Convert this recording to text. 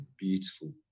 beautiful